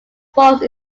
false